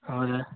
ಹೌದು